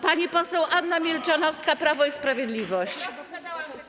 Pani poseł Anna Milczanowska, Prawo i Sprawiedliwość.